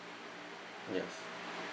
yes